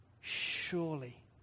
surely